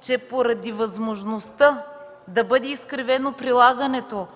че поради възможността после да бъде изкривено прилагането